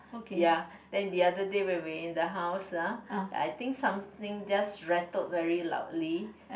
ya then the other day when we in the house uh I think something just rattled very loudly